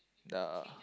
the